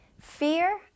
Fear